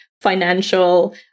financial